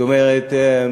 זאת אומרת,